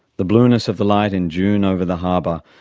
the blueness of the light in june over the harbour,